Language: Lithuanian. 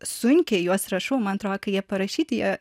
sunkiai juos rašau man atrodo jie parašyti jie